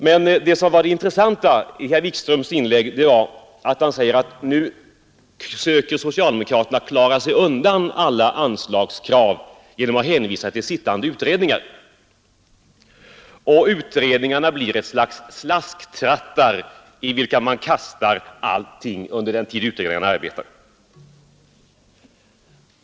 Men det intressanta i herr Wikströms inlägg var att han säger att nu söker socialdemokraterna klara sig undan alla anslagskrav genom att hänvisa till sittande utredningar, och utredningarna blir ett slags slasktrattar i vilka man kastar allting under den tid då utredningarna arbetar.